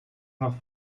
nach